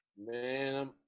Man